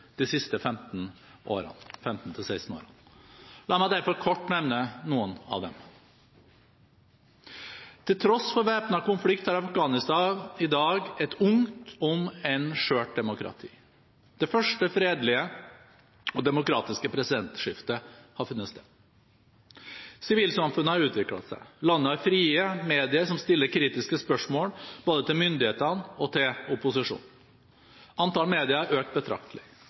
de siste 15–16 årene. La meg derfor kort nevne noen av dem. Til tross for væpnet konflikt har Afghanistan i dag et ungt, om enn skjørt, demokrati. Det første fredelige og demokratiske presidentskiftet har funnet sted. Sivilsamfunnet har utviklet seg. Landet har frie medier som stiller kritiske spørsmål både til myndighetene og til opposisjonen. Antall medier har økt betraktelig.